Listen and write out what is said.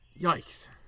yikes